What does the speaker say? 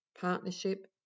partnership